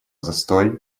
застой